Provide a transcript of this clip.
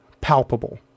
palpable